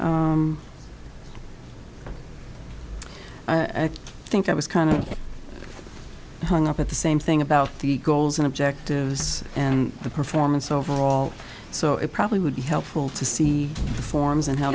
u think that was kind of hung up at the same thing about the goals and objectives and the performance overall so it probably would be helpful to see the forms and how